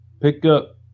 pickup